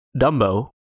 Dumbo